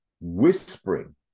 whispering